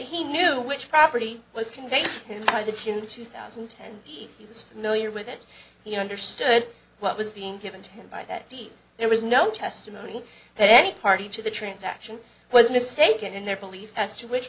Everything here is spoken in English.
he knew which property was conveyed to him by the few two thousand and ten he was familiar with it he understood what was being given to him by that deep there was no testimony that any party to the transaction was mistaken in their belief as to which